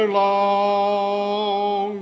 long